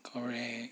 correct